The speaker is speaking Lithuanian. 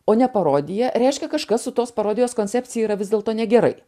o ne parodija reiškia kažkas su tos parodijos koncepcija yra vis dėlto negerai